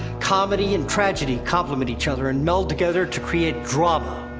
comedy and tragedy complement each other, and meld together to create drama,